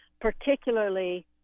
particularly